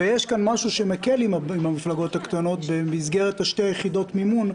ויש כאן משהו שמקל עם המפלגות הקטנות במסגרת שתי יחידות המימון,